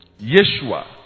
Yeshua